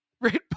Red